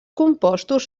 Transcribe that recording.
compostos